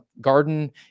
garden